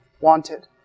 Wanted